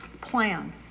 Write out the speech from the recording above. plan